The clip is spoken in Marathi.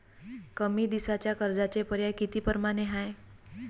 कमी दिसाच्या कर्जाचे पर्याय किती परमाने हाय?